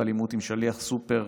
ואלימות עם שליח סופר,